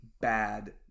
bad